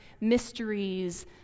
mysteries